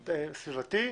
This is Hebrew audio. סביבתית,